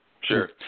Sure